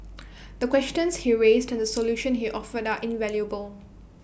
the questions he raised to the solutions he offered are invaluable